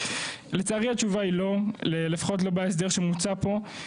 לצערי התשובה היא לא, לפחות לא בהסדר שמוצע פה.